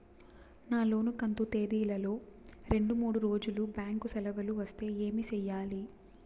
నా లోను కంతు తేదీల లో రెండు మూడు రోజులు బ్యాంకు సెలవులు వస్తే ఏమి సెయ్యాలి?